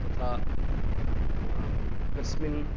तथा कस्मिन्